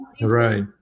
Right